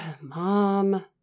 Mom